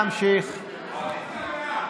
לעצמי,